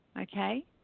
okay